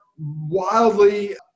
wildly